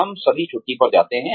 हम सभी छुट्टी पर जाते हैं